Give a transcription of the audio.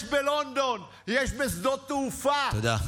יש בלונדון, יש בשדות תעופה, תודה.